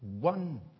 one